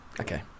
Okay